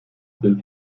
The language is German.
sind